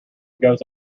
goes